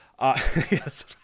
Yes